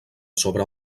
sobre